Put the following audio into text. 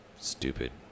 stupid